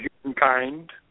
humankind